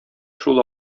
шул